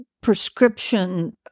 prescription